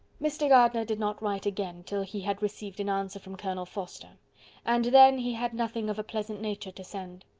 mr. gardiner did not write again till he had received an answer from colonel forster and then he had nothing of a pleasant nature to send.